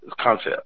concept